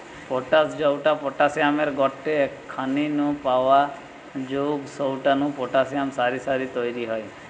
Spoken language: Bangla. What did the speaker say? পটাশ জউটা পটাশিয়ামের গটে খনি নু পাওয়া জউগ সউটা নু পটাশিয়াম সার হারি তইরি হয়